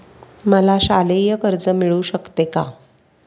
मला शालेय कर्ज मिळू शकते का?